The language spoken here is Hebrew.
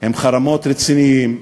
הם חרמות רציניים.